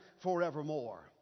forevermore